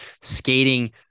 skating